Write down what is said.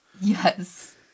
Yes